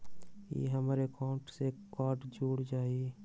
ई हमर अकाउंट से कार्ड जुर जाई?